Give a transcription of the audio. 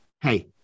hey